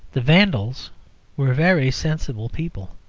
the vandals were very sensible people.